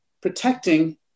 protecting